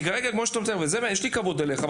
יש לי כבוד אליך,